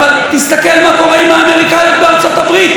אבל תסתכל מה קורה עם האמריקניות בארצות הברית,